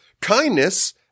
Kindness